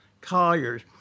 Collier's